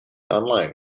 online